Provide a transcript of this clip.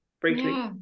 briefly